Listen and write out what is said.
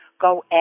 go